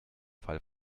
fall